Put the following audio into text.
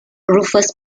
rufus